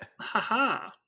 Haha